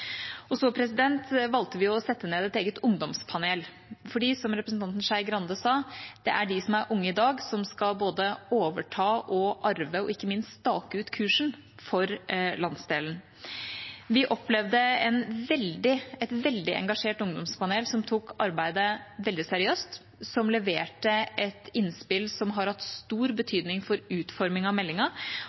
Vi valgte å sette ned et eget ungdomspanel fordi, som representanten Skei Grande sa, det er de som er unge i dag som skal både overta, arve og ikke minst stake ut kursen for landsdelen. Vi opplevde et veldig engasjert ungdomspanel som tok arbeider veldig seriøst, og som leverte et innspill som har hatt stor betydning for utformingen av meldinga,